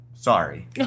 sorry